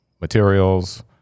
materials